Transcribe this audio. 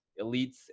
elites